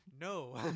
no